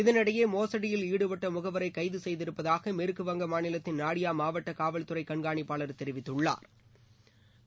இதனிடையே மோசுடியில் ஈடுபட்ட முகவரை கைது செய்திருப்பதாக மேற்குவங்க மாநிலத்தின் நாடியா மாவட்ட காவல்துறை கண்காணிப்பாளர் திரு ரூபேஷ் குமார் தெரிவித்துள்ளார்